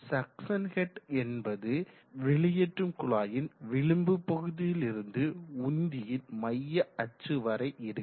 suction head என்பது வெளியேற்றும் குழாயின் விளிம்பில் இருந்து உந்தியின் மைய அச்சு வரை இருக்கும்